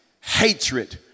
hatred